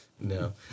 No